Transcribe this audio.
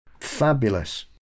Fabulous